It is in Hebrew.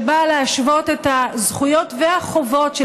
שבאה להשוות את הזכויות והחובות של